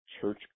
church